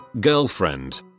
girlfriend